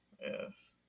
yes